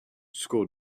school